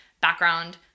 background